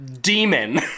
demon